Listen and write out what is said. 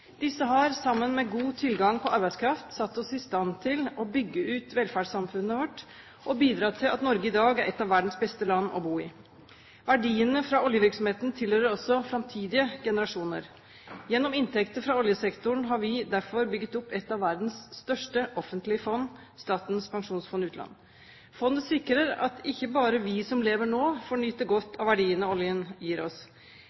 Disse har, sammen med god tilgang på arbeidskraft, satt oss i stand til å bygge ut velferdssamfunnet vårt og bidratt til at Norge i dag er et av verdens beste land å bo i. Verdiene fra oljevirksomheten tilhører også framtidige generasjoner. Gjennom inntekter fra oljesektoren har vi derfor bygget opp et av verdens største offentlige fond: Statens pensjonsfond utland. Fondet sikrer at ikke bare vi som lever nå, får nyte godt av verdien som oljen gir oss.